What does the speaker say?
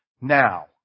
now